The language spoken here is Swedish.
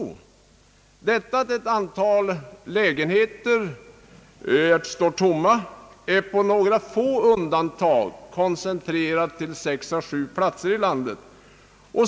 Detta förhållande att ett antal lägenheter står tomma är med några få undantag koncentrerat till 6 å 7 platser i landet.